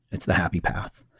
it's the happy path.